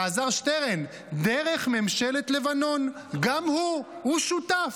אלעזר שטרן: דרך ממשלת לבנון, גם הוא, הוא שותף.